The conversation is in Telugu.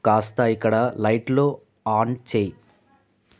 కాస్త ఇక్కడ లైట్లు ఆన్ చెయ్యి